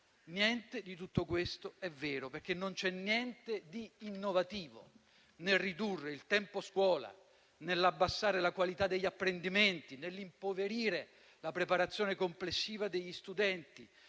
Niente di tutto questo è vero, perché non c'è niente di innovativo nel ridurre il tempo scuola, nell'abbassare la qualità degli apprendimenti, nell'impoverire la preparazione complessiva degli studenti,